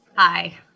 Hi